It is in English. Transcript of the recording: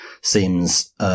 seems